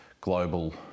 global